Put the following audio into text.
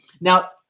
Now